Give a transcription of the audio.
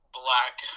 black